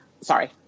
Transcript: Sorry